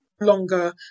Longer